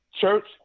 Church